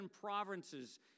provinces